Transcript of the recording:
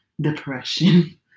depression